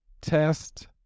Test